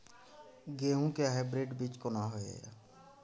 गेहूं के हाइब्रिड बीज कोन होय है?